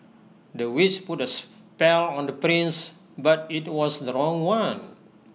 the witch put A spell on the prince but IT was the wrong one